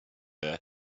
air